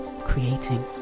creating